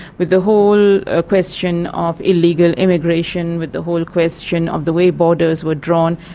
with the whole ah question of illegal immigration, with the whole question of the way borders were drawn,